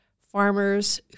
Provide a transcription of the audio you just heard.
farmers